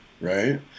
right